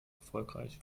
erfolgreich